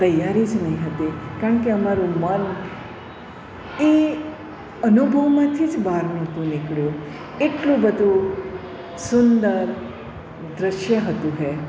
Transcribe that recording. તૈયારી જ નહીં હતી કારણ કે અમારું મન એ અનુભવમાંથી જ બહાર નહોતું નીકળ્યું એટલું બધું સુંદર દૃશ્ય હતું એ